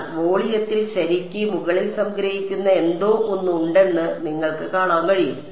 എന്നാൽ വോളിയത്തിൽ ശരിക്ക് മുകളിൽ സംഗ്രഹിക്കുന്ന എന്തോ ഒന്ന് ഉണ്ടെന്ന് നിങ്ങൾക്ക് കാണാൻ കഴിയും